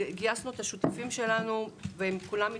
גייסנו אצת השותפים שלנו וכולם התגייסו,